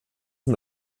mit